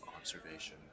observation